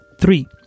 Three